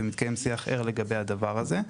ומתקיים שיח ער לגבי הדבר הזה.